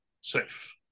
safe